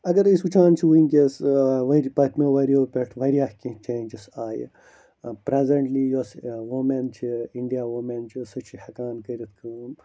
اگر أسۍ وٕچھان چھِ وُنکٮ۪س ؤری پٔتمہِ ؤرۍ یو پٮ۪ٹھ وارِیاہ کیٚنٛہہ چینجٕس آیہِ پریزنٹلی یۄس وومین چھِ اِنڈیا وومین چھِ سَہ چھِ ہیٚکان کٔرِتھ کٲم